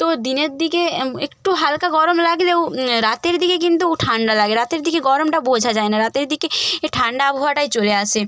তো দিনের দিকে একটু হালকা গরম লাগলেও রাতের দিকে কিন্তু ঠান্ডা লাগে রাতের দিকে গরমটা বোঝা যায় না রাতের দিকে ঠান্ডা আবহাওয়াটাই চলে আসে